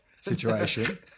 situation